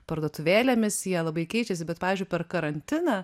parduotuvėlėmis jie labai keičiasi bet pavyzdžiui per karantiną